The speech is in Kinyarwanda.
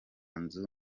nzu